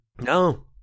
no